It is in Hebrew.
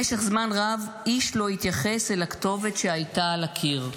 במשך זמן רב איש לא התייחס אל הכתובת שהייתה על הקיר.